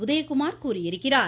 உதயகுமார் கூறியிருக்கிறார்